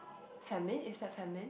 famine is that famine